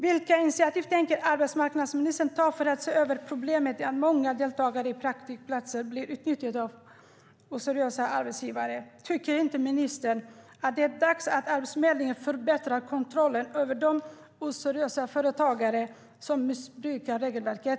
Vilka initiativ tänker arbetsmarknadsministern ta för att se över problemet med att många deltagare på praktikplatser blir utnyttjade av oseriösa arbetsgivare? Tycker inte ministern att det är dags att Arbetsförmedlingen förbättrar kontrollen över de oseriösa företagare som missbrukar regelverket?